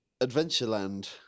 Adventureland